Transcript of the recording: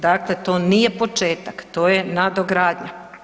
Dakle, to nije početak, to je nadogradnja.